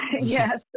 Yes